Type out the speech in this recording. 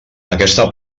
aquesta